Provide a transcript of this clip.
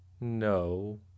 No